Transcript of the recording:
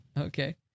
Okay